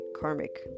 karmic